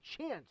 chance